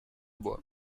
bois